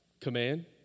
Command